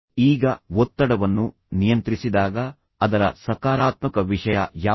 ಈಗ ಒತ್ತಡವನ್ನು ನಿಯಂತ್ರಿಸಿದಾಗ ಅದರ ಸಕಾರಾತ್ಮಕ ವಿಷಯ ಯಾವುದು